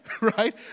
right